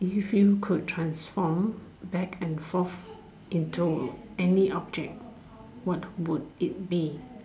if you could transform back and forth into any object what would it be